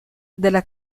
della